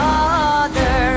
Father